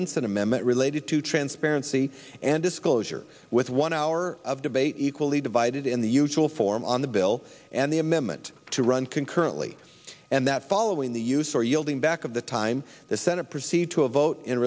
amendment related to transparency and disclosure with one hour of debate equally divided in the usual form on the bill and the amendment to run concurrently and that following the use or yielding back of the time the senate proceed to a vote in